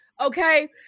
okay